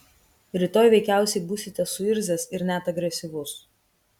rytoj veikiausiai būsite suirzęs ir net agresyvus